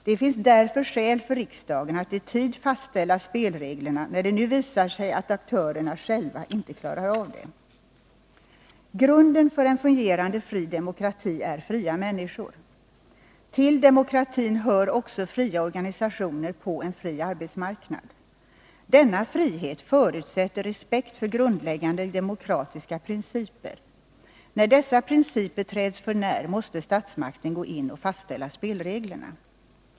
Det finns därför skäl för riksdagen att i tid fastställa spelreglerna, när det nu visar sig att aktörerna själva inte klarar av det. Grunden för en fungerande, fri demokrati är fria människor. Till demokratin hör också fria organisationer på en fri arbetsmarknad. Denna frihet förutsätter respekt för grundläggande demokratiska principer. När dessa principer träds för när, måste statsmakten gå in och fastställa spelreglerna.